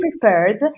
prepared